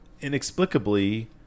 inexplicably